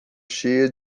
cheia